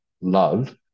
love